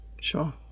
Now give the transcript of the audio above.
Sure